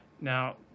Now